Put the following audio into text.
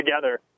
together